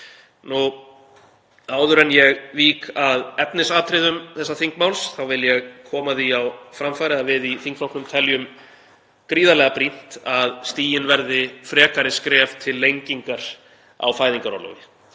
Áður en ég vík að efnisatriðum þessa þingmáls vil ég koma því á framfæri að við í þingflokknum teljum gríðarlega brýnt að stigin verði frekari skref til lengingar á fæðingarorlofi.